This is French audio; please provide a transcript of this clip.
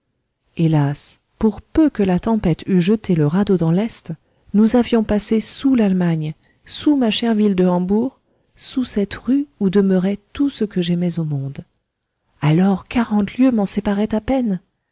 hélas pour peu que la tempête eût jeté le radeau dans l'est nous avions passé sous l'allemagne sous ma chère ville de hambourg sous cette rue au demeurait tout ce que j'aimais au monde alors quarante lieues m'en séparaient à peine